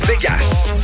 Vegas